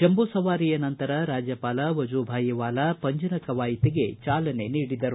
ಜಂಬೂ ಸವಾರಿಯ ನಂತರ ರಾಜ್ಯಪಾಲ ವಜುಭಾಯಿ ವಾಲಾ ಪಂಜಿನ ಕಾವಯತಿಗೆ ಚಾಲನೆ ನೀಡಿದರು